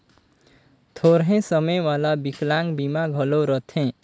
थोरहें समे वाला बिकलांग बीमा घलो रथें